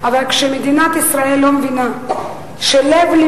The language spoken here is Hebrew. אבל כשמדינת ישראל לא מבינה שירושלים הבירה,